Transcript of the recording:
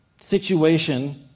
situation